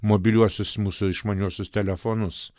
mobiliuosius mūsų išmaniuosius telefonus